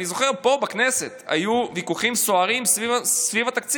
אני זוכר שפה בכנסת היו ויכוחים סוערים סביב התקציב.